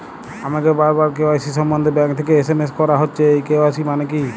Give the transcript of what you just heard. আমাকে বারবার কে.ওয়াই.সি সম্বন্ধে ব্যাংক থেকে এস.এম.এস করা হচ্ছে এই কে.ওয়াই.সি মানে কী?